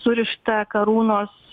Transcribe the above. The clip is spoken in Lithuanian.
surišta karūnos